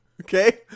okay